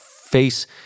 face